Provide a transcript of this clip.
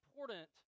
important